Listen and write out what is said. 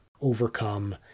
overcome